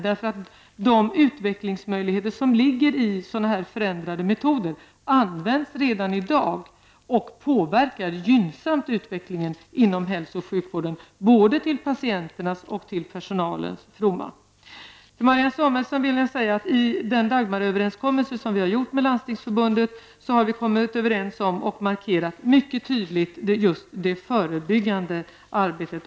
De utvecklingsmöjligheter som ligger i förändrade metoder används redan i dag och påverkar gynnsamt utvecklingen inom hälso och sjukvården till både patienternas och personalens fromma. Till Marianne Samuelsson vill jag säga att i den Dagmaröverenskommelse som vi har gjort med Landstingsförbundet har vi kommit överens om och mycket tydligt markerat just det förebyggande arbetet.